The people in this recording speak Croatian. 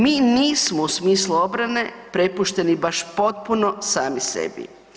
Mi nismo u smislu obrane prepušteni baš potpuno sami sebi.